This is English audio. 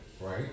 right